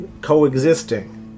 coexisting